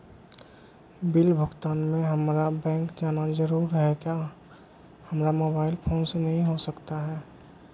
Bill भुगतान में हम्मारा बैंक जाना जरूर है क्या हमारा मोबाइल फोन से नहीं हो सकता है?